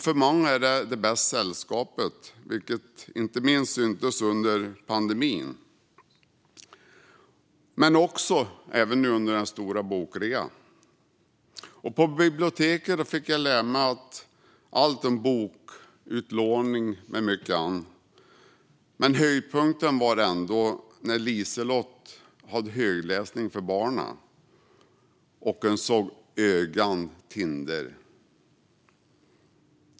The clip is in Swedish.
För många är detta det bästa sällskapet; det syntes inte minst under pandemin men också nu under den stora bokrean. På biblioteket fick jag lära mig allt om bokutlåning och mycket annat. Höjdpunkten var ändå när Liselotte hade högläsning för barnen och man kunde se deras ögon tindra.